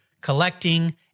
collecting